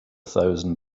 thousand